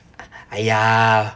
!aiya!